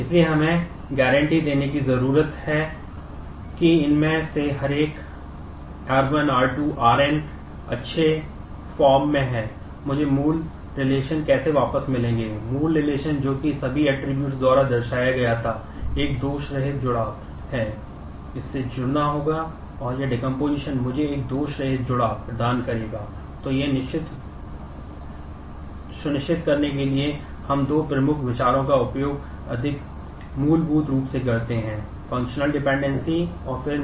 इसलिए हमें गारंटी देने की जरूरत है कि इनमें से हर एक R1 R2 Rn अच्छे फॉर्म